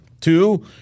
Two